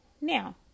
Now